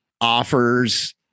offers